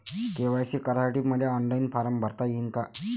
KYC करासाठी मले online form भरता येईन का?